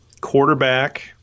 quarterback –